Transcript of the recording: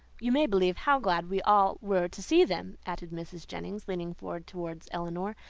you may believe how glad we all were to see them, added mrs. jennings, leaning forward towards elinor,